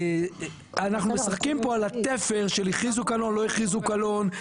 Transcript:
אנחנו משחקים פה על התפר של הכריזו קלון לא הכריזו קלון,